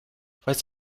falls